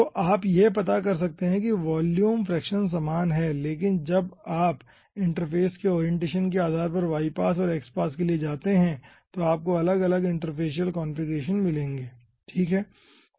तो आप यह पता कर सकते हैं कि वॉल्यूम फ्रैक्शन समान हैं लेकिन जब आप इंटरफ़ेस के ओरिएंटेशन के आधार पर y पास और x पास के लिए जाते हैं तो आपको अलग अलग इंटरफेसियल कॉन्फ़िगरेशन मिलेंगे ठीक है